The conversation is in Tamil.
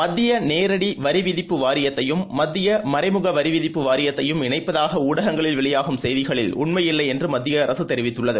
மத்தியநேரடிவரிவிதிப்பு வாரியத்தையும் மத்தியமறைமுகவரிவிதிப்பு வாரியத்தையும் இணைப்பதாக்கூடகங்களில் வெளியாகும் செய்திகளில் உன்மையில்லைஎன்றுமத்தியஅரசுதெரிவித்துள்ளது